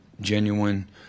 genuine